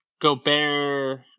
Gobert